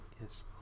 Yes